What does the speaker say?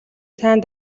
сайн